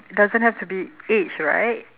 doesn't have to be age right